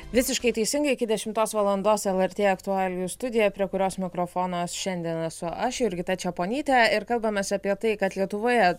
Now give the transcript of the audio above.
visiškai teisingai iki dešimtos valandos lrt aktualijų studija prie kurios mikrofonas šiandien esu aš jurgita čeponytė ir kalbamės apie tai kad lietuvoje